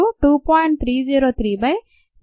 303kd 2